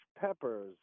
peppers